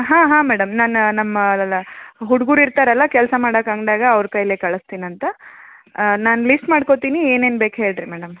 ಹಾಂ ಹಾಂ ಮೇಡಮ್ ನಾನು ನಮ್ಮ ಅಲ್ಲಲ್ಲ ಹುಡ್ಗರು ಇರ್ತಾರಲ್ಲ ಕೆಲಸ ಮಾಡೋಕೆ ಅಂಗ್ಡಿಯಾಗ ಅವ್ರ ಕೈಲೇ ಕಳ್ಸ್ತೀನಿ ಅಂತ ನಾನು ಲಿಸ್ಟ್ ಮಾಡ್ಕೊಳ್ತೀನಿ ಏನೇನು ಬೇಕು ಹೇಳ್ರೀ ಮೇಡಮ್